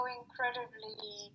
incredibly